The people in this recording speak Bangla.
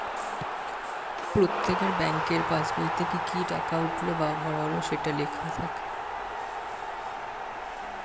প্রত্যেকের ব্যাংকের পাসবইতে কি কি টাকা উঠলো বা ভরা হলো সেটা লেখা থাকে